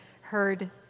heard